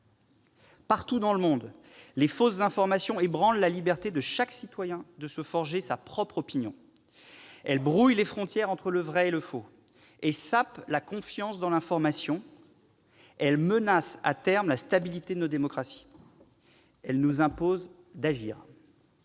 Partout dans le monde, les fausses informations ébranlent la liberté de chaque citoyen de se forger sa propre opinion. Elles brouillent les frontières entre le vrai et le faux et sapent la confiance dans l'information. Elles menacent, à terme, la stabilité de nos démocraties. Elles nous imposent d'agir.